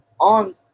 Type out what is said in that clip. on